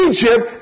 Egypt